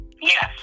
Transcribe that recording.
Yes